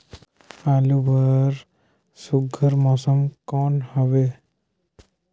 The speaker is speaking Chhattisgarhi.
आलू बर सुघ्घर मौसम कौन हवे?